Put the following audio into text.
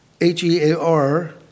H-E-A-R